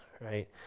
right